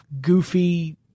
goofy